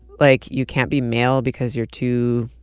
like, you can't be male because you're too,